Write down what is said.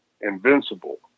invincible